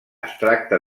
extracte